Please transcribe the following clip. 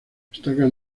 destacan